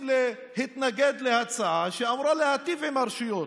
להתנגד להצעה שאמורה להיטיב עם הרשויות.